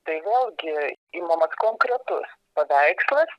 tai vėlgi imamas konkretus paveikslas